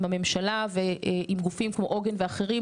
עם הממשלה ועם גופים כמו עוגן ואחרים,